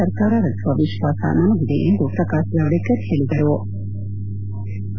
ಸರ್ಕಾರ ರಚಿಸುವ ವಿಶ್ವಾಸ ನಮಗಿದೆ ಎಂದು ಪ್ರಕಾಶ ಜಾವಡೇಕರ್ ಹೇಳದರು